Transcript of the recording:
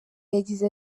yagize